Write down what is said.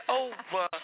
over